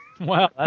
Wow